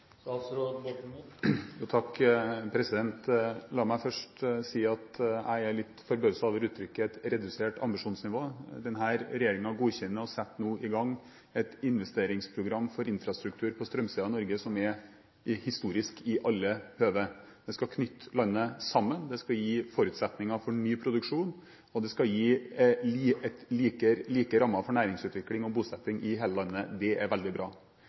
La meg først si at jeg er litt forbauset over uttrykket «redusert ambisjonsnivå». Denne regjeringen godkjenner og setter nå i gang et investeringsprogram for infrastruktur på strømsiden i Norge som er historisk i alle høve. Det skal knytte landet sammen, det skal gi forutsetninger for ny produksjon, og det skal gi like rammer for næringsutvikling og bosetting i hele landet. Det er veldig bra.